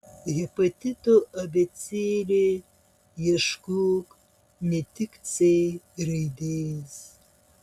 hepatito abėcėlė ieškok ne tik c raidės